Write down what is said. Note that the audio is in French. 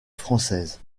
française